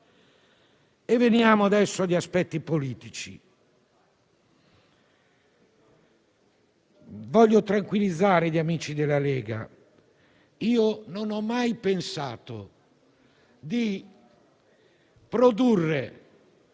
Veniamo adesso agli aspetti politici. Voglio tranquillizzare gli amici della Lega. Io non ho mai pensato di proporre